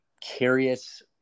curious